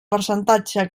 percentatge